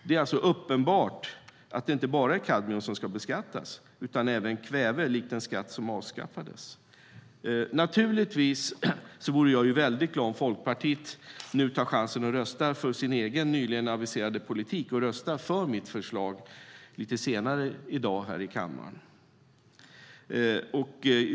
Det är uppenbart att det inte bara är kadmium som ska beskattas utan även kväve, likt den skatt som avskaffades. Naturligtvis vore jag väldigt glad om Folkpartiet nu tog chansen och röstade för sin egen nyligen aviserade politik genom att lite senare i dag i kammaren rösta för mitt förslag.